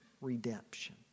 redemption